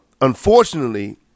Unfortunately